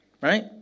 Right